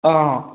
অঁ